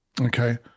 Okay